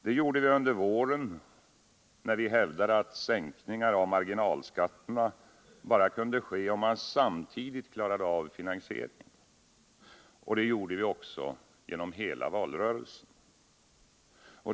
Det gjorde vi under våren när vi hävdade att sänkningar av marginalskatterna bara kunde ske om man samtidigt klarade av finansieringen. Det gjorde vi också genom hela valrörelsen.